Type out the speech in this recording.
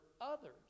others